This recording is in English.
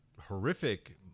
horrific